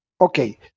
okay